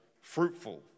fruitful